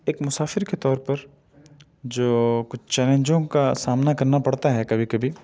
ایک مسافر کے طور پر جو کچھ چیلنجوں کا سامنا کرنا پڑتا ہے کبھی کبھی